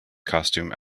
costume